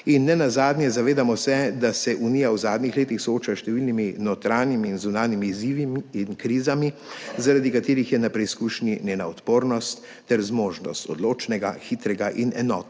In nenazadnje, zavedamo se, da se Unija v zadnjih letih sooča s številnimi notranjimi in zunanjimi izzivi in krizami, zaradi katerih je na preizkušnji njena odpornost ter zmožnost odločnega, hitrega in enotnega